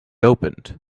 opened